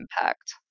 impact